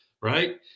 right